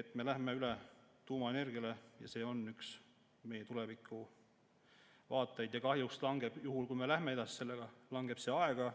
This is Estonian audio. et me läheme üle tuumaenergiale ja see on üks meie tulevikuvaateid. Kahjuks, juhul kui me läheme sellega edasi, langeb see aega,